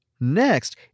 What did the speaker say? Next